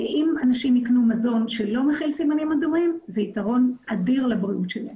אם אנשים יקנו מזון שלא מכיל סימנים אדומים זה יתרון אדיר לבריאות שלהם.